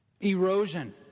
Erosion